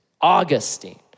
Augustine